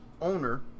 owner